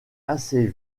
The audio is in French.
assez